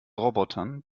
robotern